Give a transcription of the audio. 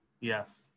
yes